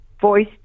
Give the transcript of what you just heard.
voice